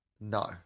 No